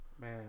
Man